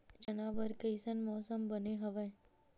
चना बर कइसन मौसम बने हवय?